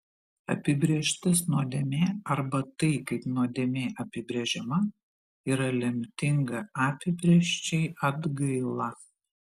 apibrėžtis nuodėmė arba tai kaip nuodėmė apibrėžiama yra lemtinga apibrėžčiai atgaila